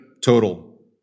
total